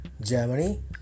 Germany